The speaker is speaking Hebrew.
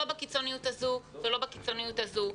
בקיצוניות הזו ולא בקיצוניות הזו.